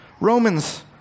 Romans